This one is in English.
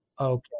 okay